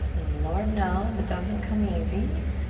lord knows it doesn't come easy,